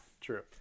true